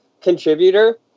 contributor